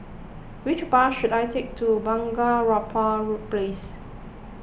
which bus should I take to Bunga Rampai Place